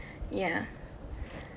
ya